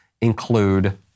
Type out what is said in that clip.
include